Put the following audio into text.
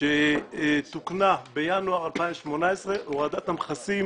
שתוקנה בינואר 2018, הורדת המכסים